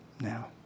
Now